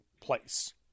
place